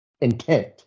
intent